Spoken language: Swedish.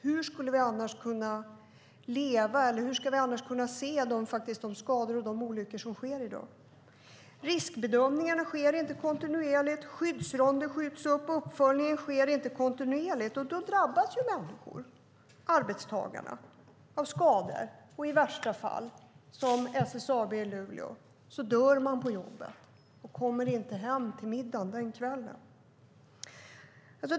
Hur ska vi annars kunna se de skador och de olyckor som sker i dag? Riskbedömningar sker inte kontinuerligt, skyddsronder skjuts upp och uppföljningen sker inte kontinuerligt, och då drabbas människor, arbetstagarna, av skador. I värsta fall, som på SSAB i Luleå, dör man på jobbet och kommer inte hem till middagen den kvällen.